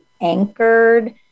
anchored